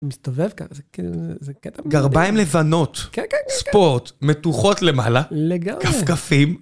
הוא מסתובב ככה, זה קטע מלא. גרביים לבנות, ספורט, מתוחות למעלה, לגמרי. כפכפים.